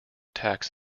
tax